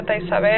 Isabel